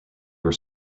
were